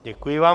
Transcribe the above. Děkuji vám.